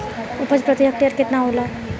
उपज प्रति हेक्टेयर केतना होला?